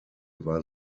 war